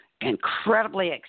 Incredibly